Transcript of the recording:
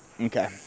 Okay